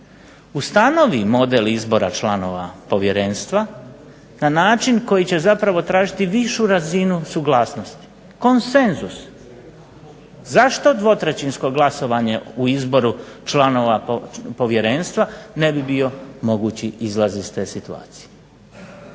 ustanovi model izbora članova povjerenstva na način koji će zapravo tražiti višu razinu suglasnosti, konsenzus. Zašto dvotrećinsko glasovanje u izboru članova povjerenstva ne bi bio mogući izlaz iz te situacije?